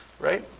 right